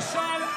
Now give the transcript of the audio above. למה אתה שם?